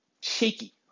shaky